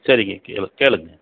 சரிங்க கேளு கேளுங்கள்